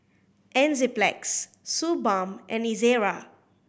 Enzyplex Suu Balm and Ezerra